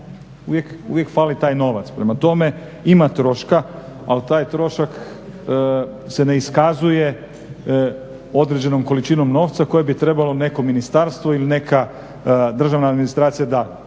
Uvijek fali taj novac. Prema tome ima troška ali taj trošak se ne iskazuje određenom količinom novca koje bi trebalo neko ministarstvo ili neka državna administracija dati.